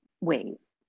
ways